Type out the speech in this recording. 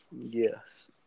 Yes